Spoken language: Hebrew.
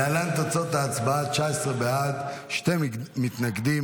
להלן תוצאות ההצבעה, 19 בעד, שני מתנגדים.